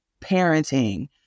parenting